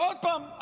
עוד פעם,